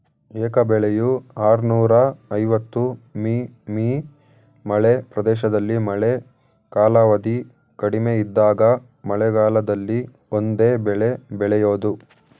ಏಕ ಬೆಳೆಯು ಆರ್ನೂರ ಐವತ್ತು ಮಿ.ಮೀ ಮಳೆ ಪ್ರದೇಶದಲ್ಲಿ ಮಳೆ ಕಾಲಾವಧಿ ಕಡಿಮೆ ಇದ್ದಾಗ ಮಳೆಗಾಲದಲ್ಲಿ ಒಂದೇ ಬೆಳೆ ಬೆಳೆಯೋದು